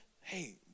hey